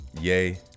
yay